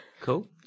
Cool